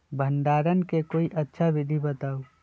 भंडारण के कोई अच्छा विधि बताउ?